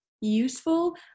useful